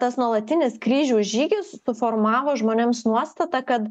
tas nuolatinis kryžiaus žygis suformavo žmonėms nuostatą kad